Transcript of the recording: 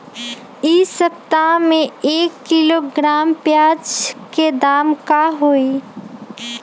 एक सप्ताह में एक किलोग्राम प्याज के दाम का होई?